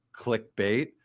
clickbait